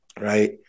Right